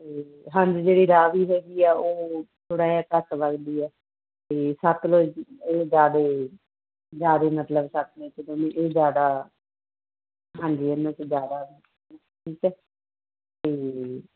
ਅਤੇ ਹਾਂਜੀ ਜਿਹੜੀ ਰਾਵੀ ਹੈਗੀ ਆ ਉਹ ਥੋੜ੍ਹਾ ਜਿਹਾ ਘੱਟ ਵਗਦੀ ਹੈ ਅਤੇ ਸਤਲੁਜ ਇਹ ਜ਼ਿਆਦੇ ਜ਼ਿਆਦੇ ਮਤਲਬ ਤੱਕ ਲੈ ਕੇ ਜਾਨੀ ਇਹ ਜ਼ਿਆਦਾ ਹਾਂਜੀ ਇੰਨਾਂ ਕ ਜ਼ਿਆਦਾ ਠੀਕ ਹੈ ਅਤੇ